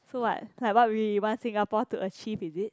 so what like what we want Singapore to achieve is it